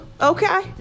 Okay